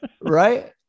Right